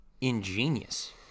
ingenious